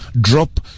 drop